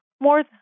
more